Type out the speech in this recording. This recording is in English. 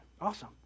Awesome